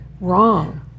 wrong